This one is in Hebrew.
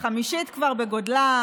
כבר החמישית בגודלה.